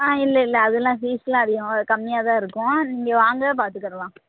ஆ இல்லை இல்லை அதலாம் பீஸ்ஸெலாம் அதிகமாக கம்மியாக தான் இருக்கும் நீங்கள் வாங்க பார்த்துக்குடலாம்